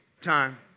time